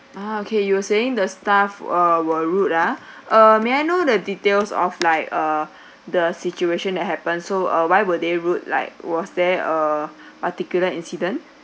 ah okay you were saying the staff uh were rude ah ah may I know the details of like uh the situation that happened so uh why were they rude like was there uh particular incident